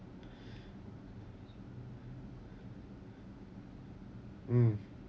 mm